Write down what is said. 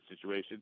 situation